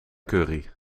curry